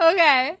Okay